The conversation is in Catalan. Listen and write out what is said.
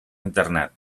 internet